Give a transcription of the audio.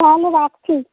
তাহলে রাখছি